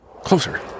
closer